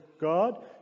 god